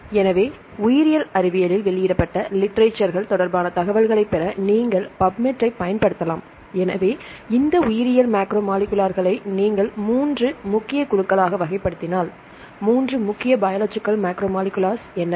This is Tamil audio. எனவே உயிரியல் அறிவியலில் வெளியிடப்பட்ட லிட்ரேசர்கள் தொடர்பான தகவல்களைப் பெற நீங்கள் PUBMED என்னென்ன